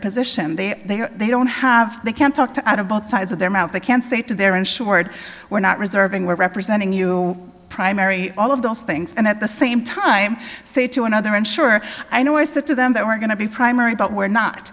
position they they don't have they can't talk to out of both sides of their mouth they can say to their insured we're not reserving we're representing you primary all of those things and at the same time say to another insurer i know i said to them that we're going to be primary but we're not